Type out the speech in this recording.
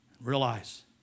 Realize